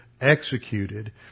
executed